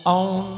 on